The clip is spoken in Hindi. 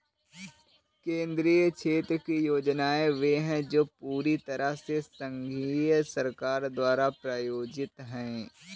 केंद्रीय क्षेत्र की योजनाएं वे है जो पूरी तरह से संघीय सरकार द्वारा प्रायोजित है